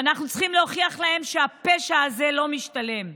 ואנחנו צריכים להוכיח להם שהפשע הזה לא משתלם.